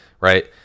right